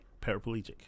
paraplegic